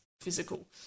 physical